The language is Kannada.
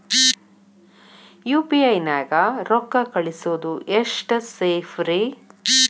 ಯು.ಪಿ.ಐ ನ್ಯಾಗ ರೊಕ್ಕ ಕಳಿಸೋದು ಎಷ್ಟ ಸೇಫ್ ರೇ?